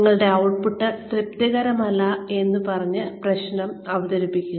നിങ്ങളുടെ ഔട്ട്പുട്ട് തൃപ്തികരമല്ല എന്ന് പറഞ്ഞു പ്രശ്നം അവതരിപ്പിക്കുക